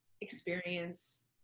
experience